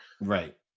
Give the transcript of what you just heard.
Right